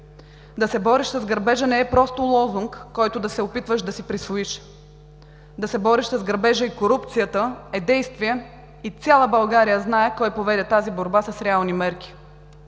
Да се бориш с грабежа не е просто лозунг, който да се опитваш да си присвоиш, да се бориш с грабежа и корупцията е действие и цяла България знае кой поведе тази борба с реални мерки.